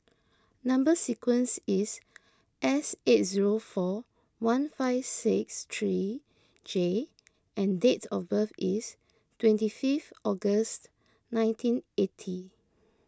Number Sequence is S eight zero four one five six three J and dates of birth is twenty fifth August nineteen eighty